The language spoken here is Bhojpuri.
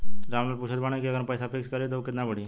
राम लाल पूछत बड़न की अगर हम पैसा फिक्स करीला त ऊ कितना बड़ी?